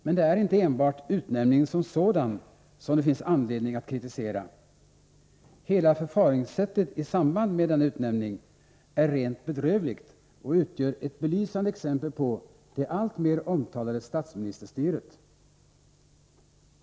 Men det är inte enbart utnämningen som sådan som det finns anledning att kritisera. Hela förfaripgssättet i samband med denna utnämning är rent bedrövligt och utgör ett belysande exempel på det alltmer omtalade statsministerstyret.